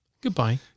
Goodbye